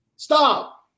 Stop